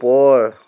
ওপৰ